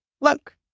look